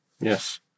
Yes